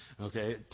Okay